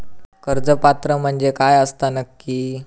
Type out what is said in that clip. कर्ज पात्र म्हणजे काय असता नक्की?